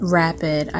rapid